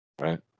right